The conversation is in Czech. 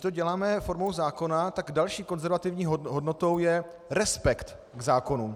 A že to děláme formou zákona tak další konzervativní hodnotou je respekt k zákonům.